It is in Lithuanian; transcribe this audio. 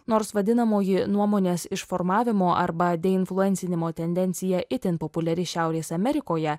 nors vadinamoji nuomonės išformavimo arba deinfluencinimo tendencija itin populiari šiaurės amerikoje